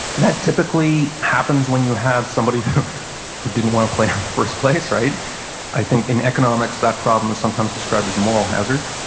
that typically happens when you have somebody who who didn't wanna play in the first place. i think in economics that problem is sometimes described as moral hazard.